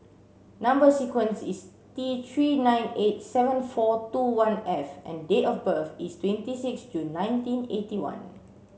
number sequence is T three nine eight seven four two one F and date of birth is twenty six June nineteen eighty one